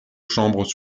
chambres